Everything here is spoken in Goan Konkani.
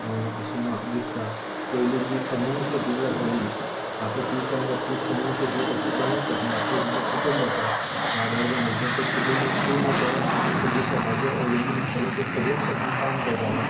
अशे म्हाका दिसता पयली जी समुह शेती जाताली आता ती कांय बाबतीत समुह शेती तशी जावूंक शकना एक जे कूटुंब आसा धा बारा जाणांचे ते कुटूंब पूर्णतह आता सगळीं शेताचेर अवलंबून आसताले ते सगळेच शेतांत काम करताले